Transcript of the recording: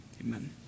Amen